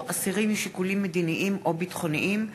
אסירים משיקולים מדיניים או ביטחוניים),